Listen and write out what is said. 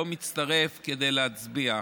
לא מצטרף כדי להצביע.